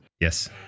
Yes